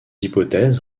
hypothèse